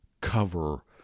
cover